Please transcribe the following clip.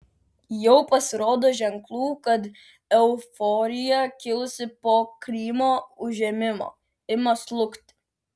jau pasirodo ženklų kad euforija kilusi po krymo užėmimo ima slūgti